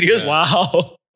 Wow